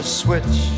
switch